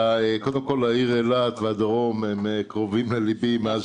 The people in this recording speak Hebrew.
קודם כול העיר אילת והדרום קרובים ללבי מאז